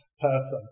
person